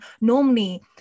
normally